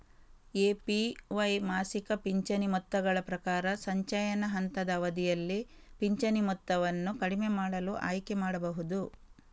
APY ಮಾಸಿಕ ಪಿಂಚಣಿ ಮೊತ್ತಗಳ ಪ್ರಕಾರ, ಸಂಚಯನ ಹಂತದ ಅವಧಿಯಲ್ಲಿ ಪಿಂಚಣಿ ಮೊತ್ತವನ್ನು ಕಡಿಮೆ ಮಾಡಲು ಆಯ್ಕೆ ಮಾಡಬಹುದು